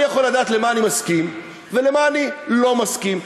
אני יכול לדעת למה אני מסכים ולמה אני לא מסכים.